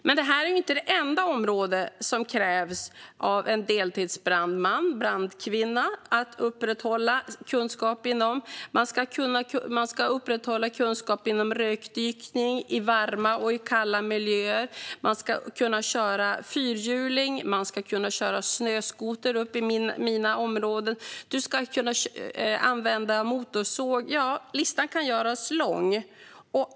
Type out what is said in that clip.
Detta är dock inte det enda område där det ställs krav på att en deltidsbrandman eller brandkvinna upprätthåller kunskap. Man ska upprätthålla kunskap inom rökdykning i varma och kalla miljöer, man ska kunna köra fyrhjuling, och snöskoter uppe i mina områden, och man ska kunna använda motorsåg. Listan kan göras lång.